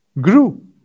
grew